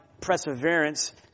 perseverance